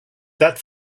that